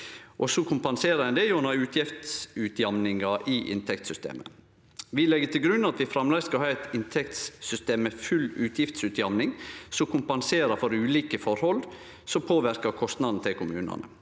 så kompenserer ein det gjennom utgiftsutjamninga i inntektssystemet. Vi legg til grunn at vi framleis skal ha eit inntektssystem med full utgiftsutjamning, som kompenserer for ulike forhold som påverkar kostnadene til kommunane.